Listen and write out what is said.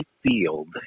Field